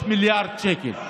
3 מיליארד שקלים.